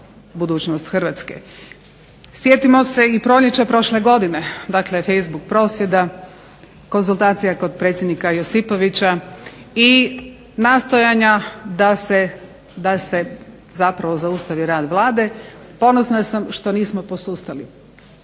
budućnost Hrvatske. Sjetimo se i proljeća prošle godine dakle Facebook prosvjeda, konzultacija kod predsjednika Josipovića, i nastojanja da se zapravo zaustavi rad Vlade, ponosna sam što nismo posustali,